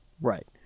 Right